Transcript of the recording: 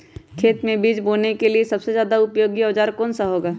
खेत मै बीज बोने के लिए सबसे ज्यादा उपयोगी औजार कौन सा होगा?